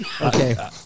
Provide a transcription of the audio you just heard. Okay